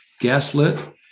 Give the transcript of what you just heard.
gaslit